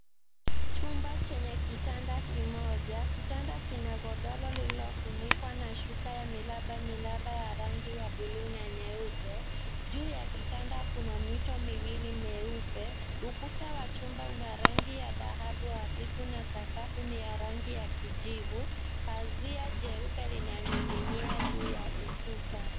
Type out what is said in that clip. Chumba chenye kitanda kimoja. Kitanda kina godoro lililofunikwa na shuka ya miraba miraba ya rangi ya buluu na nyeupe. Juu ya kitanda kuna mito miwili meupe. Ukuta wa chumba una rangi ya dhahabu hafifu na sakafu ni ya rangi ya kijivu. Pazia jeupe linang'inia juu ya ukuta.